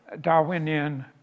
Darwinian